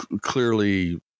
clearly